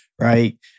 right